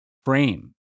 frame